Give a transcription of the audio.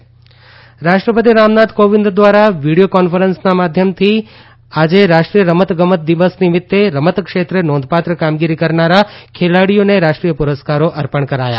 રમતગમત પુરસ્કાર રાષ્ટ્રપતિ રામનાથ કોવિંદ ધ્વારા વિડીયો કોન્ફરન્સીંગના માધ્યમથી આજે રાષ્ટ્રીય રમતગમત દિવસ નિમિત્તે રમત ક્ષેત્રે નોંધપાત્ર કામગીરી કરનારા ખેલાડીઓને રાષ્ટ્રીય પુરસ્કારો અર્પણ કરાયા